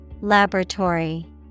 Laboratory